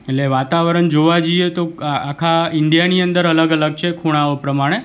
એટલે વાતાવરણ જોવા જઈએ તો આખા ઇન્ડિયાની અંદર અલગ અલગ છે ખૂણાઓ પ્રમાણે